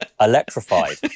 electrified